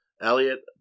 Elliot